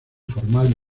formal